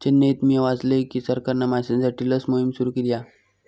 चेन्नईत मिया वाचलय की सरकारना माश्यांसाठी लस मोहिम सुरू केली हा